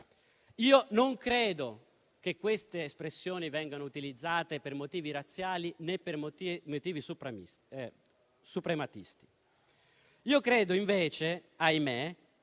Non credo che queste espressioni vengano utilizzate per motivi razziali, né per motivi suprematisti. Credo invece che